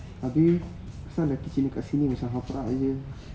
habis laki kat china macam haprak jer